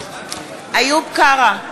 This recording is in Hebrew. איוב קרא,